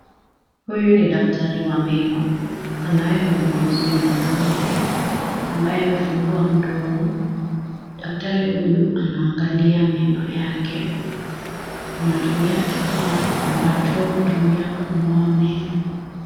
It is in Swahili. Huyu ni daktari wa meno, anaye muuguzi mwanaume, ambaye amefungua mdomo. Daktari huyu anaangalia meno yake. Anatumia kifaa ambacho hutumia kung'oa meno.